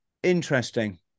Interesting